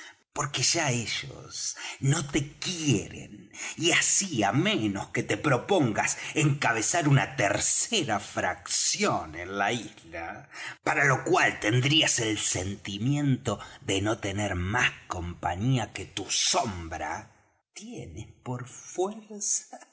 porque ya ellos no te quieren y así á menos que te propongas encabezar una tercera fracción en la isla para lo cual tendrías el sentimiento de no tener más compañía que tu sombra tienes por fuerza